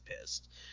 pissed